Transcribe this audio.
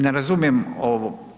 Ne razumijem ovo.